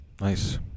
Nice